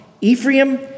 Ephraim